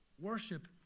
Worship